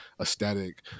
aesthetic